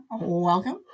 welcome